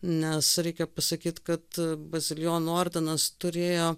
nes reikia pasakyt kad bazilijonų ordinas turėjo